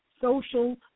social